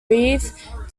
reeve